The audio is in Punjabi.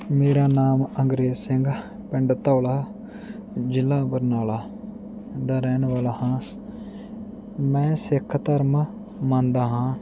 ਮੇਰਾ ਨਾਮ ਅੰਗਰੇਜ਼ ਸਿੰਘ ਪਿੰਡ ਧੌਲਾ ਜ਼ਿਲ੍ਹਾ ਬਰਨਾਲਾ ਦਾ ਰਹਿਣ ਵਾਲਾ ਹਾਂ ਮੈਂ ਸਿੱਖ ਧਰਮ ਮੰਨਦਾ ਹਾਂ